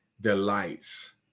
delights